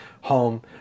home